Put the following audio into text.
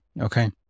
Okay